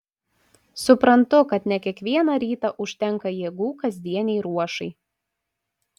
suprantu kad ne kiekvieną rytą užtenka jėgų kasdienei ruošai